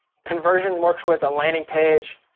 conversion works with a landing page,